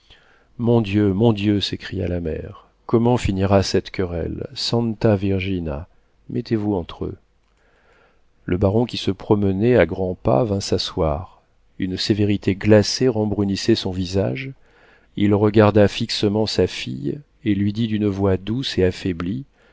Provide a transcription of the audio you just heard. mon dieu mon dieu s'écria la mère comment finira cette querelle santa virgina mettez-vous entre eux le baron qui se promenait à grands pas vint s'asseoir une sévérité glacée rembrunissait son visage il regarda fixement sa fille et lui dit d'une voix douce et affaiblie